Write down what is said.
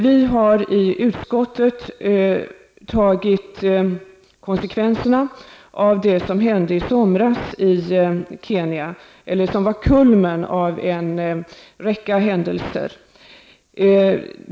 Vi i utskottet har tagit konsekvenserna av det som hände i somras i Kenya och som var kulmen på en rad händelser.